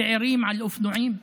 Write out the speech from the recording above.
צעירים על אופנועים,